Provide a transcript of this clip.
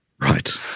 Right